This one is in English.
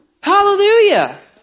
Hallelujah